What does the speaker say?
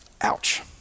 Ouch